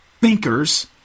thinkers